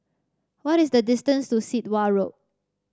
what is the distance to Sit Wah Road